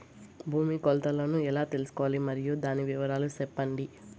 భూమి కొలతలను ఎలా తెల్సుకోవాలి? మరియు దాని వివరాలు సెప్పండి?